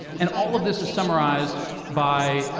and all of this is summarized by